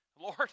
Lord